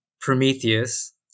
Prometheus